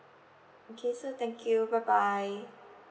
okay so thank you bye bye